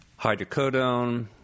hydrocodone